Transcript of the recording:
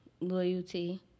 loyalty